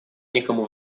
никому